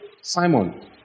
Simon